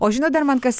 o žinot dar man kas